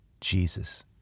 jesus